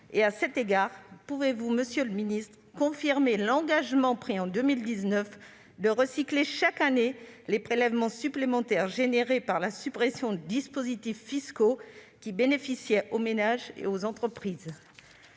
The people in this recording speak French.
À cet égard, monsieur le ministre, pouvez-vous confirmer l'engagement pris en 2019 de recycler, chaque année, les prélèvements supplémentaires provoqués par la suppression de dispositifs fiscaux qui bénéficiaient aux ménages et aux entreprises ?